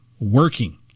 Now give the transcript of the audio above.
working